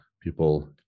people